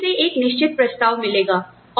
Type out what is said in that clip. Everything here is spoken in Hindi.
उन्हें कहीं से एक निश्चित प्रस्ताव मिलेगा